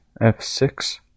f6